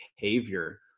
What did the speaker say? behavior